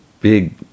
big